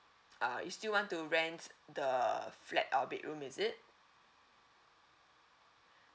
uh you still want to rent the flat or bedroom is it